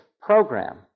program